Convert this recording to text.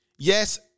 Yes